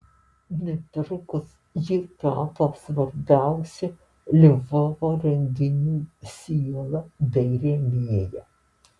netrukus ji tapo ir svarbiausių lvovo renginių siela bei rėmėja